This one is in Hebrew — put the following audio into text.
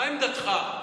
מה עמדתך?